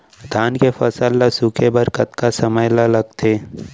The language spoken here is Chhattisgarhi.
धान के फसल ल सूखे बर कतका समय ल लगथे?